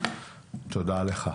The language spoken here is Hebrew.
תודה לך.